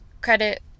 credit